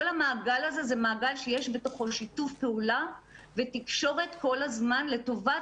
כל המעגל הזה זה מעגל שיש בתוכו שיתוף פעולה ותקשורת כל הזמן לטובת